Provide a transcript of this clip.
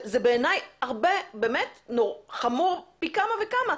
בעיניי זה חמור פי כמה וכמה,